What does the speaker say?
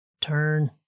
Turn